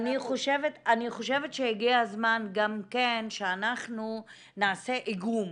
אני חושבת שהגיע הזמן גם שאנחנו נעשה איגום